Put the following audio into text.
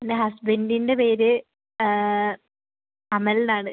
എൻ്റെ ഹസ്ബൻറ്റിൻ്റെ പേര് അമൽ എന്നാണ്